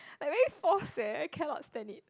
like very forced eh I cannot stand it